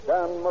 Dan